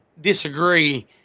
disagree